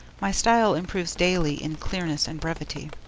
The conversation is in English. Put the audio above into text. my style improves daily in clearness and brevity.